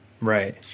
Right